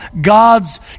God's